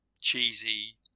cheesy